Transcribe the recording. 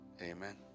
Amen